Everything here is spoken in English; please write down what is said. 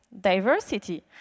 diversity